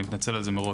אני מתנצל על כך מראש.